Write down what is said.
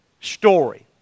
story